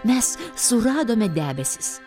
mes suradome debesis